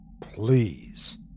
Please